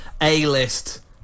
A-list